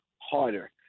harder